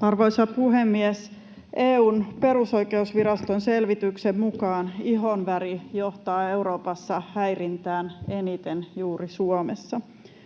Arvoisa puhemies! EU:n perusoikeusviraston selvityksen mukaan ihonväri johtaa Euroopassa häirintään eniten juuri Suomessa.